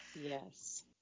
Yes